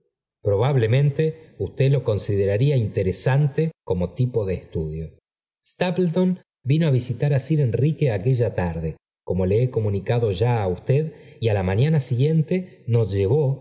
probablemente usted lo consideraría interesante como tipo de estudio stapleton vino á visitar á sir enrique aquella tarde como le he comunicado ya á usted y á la mañana siguiente nos llevó